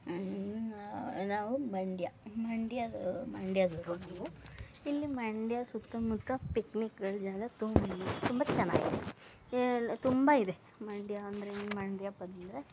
ನಾವು ಮಂಡ್ಯ ಮಂಡ್ಯದವರು ಮಂಡ್ಯದವರು ನೀವು ಇಲ್ಲಿ ಮಂಡ್ಯ ಸುತ್ತಮುತ್ತ ಪಿಕ್ನಿಕ್ಗಳು ಜಾಗ ತುಂಬ ತುಂಬ ಚೆನ್ನಾಗಿದೆ ಎಲ್ಲ ತುಂಬ ಇದೆ ಮಂಡ್ಯ ಅಂದರೆ ಮಂಡ್ಯ ಬಂದರೆ